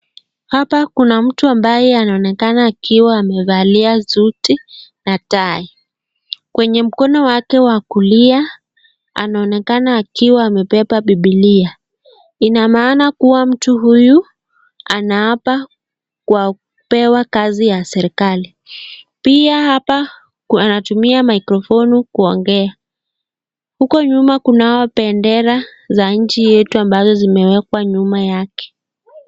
Hapa kuna mtu ambaye anaonekana akiwa amevalia suti na tai. Kwenye mkono wake wa kulia anaonekana akiwa amebeba biblia, ina maana kuwa mtu huyu anaapa kwa kupewa kazi ya serikali. Pia hapa wanatumia microphone kuongea. Huko nyuma kunao bendera za nchi yetu ambazo zimewekwa nyuma yake.